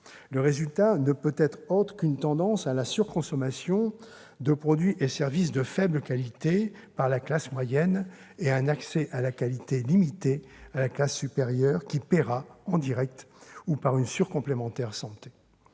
Le résultat ne peut être autre qu'une tendance à la surconsommation de produits et services de faible qualité par la classe moyenne et un accès à la qualité limité à la classe supérieure, qui paiera en direct ou par une surcomplémentaire santé.